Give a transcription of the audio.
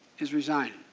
is resigning.